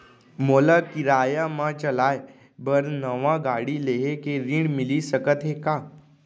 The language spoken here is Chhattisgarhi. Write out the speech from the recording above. मोला किराया मा चलाए बर नवा गाड़ी लेहे के ऋण मिलिस सकत हे का?